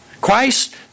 Christ